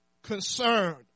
Concerned